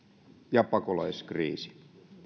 ja pakolaiskriisi